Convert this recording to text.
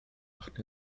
macht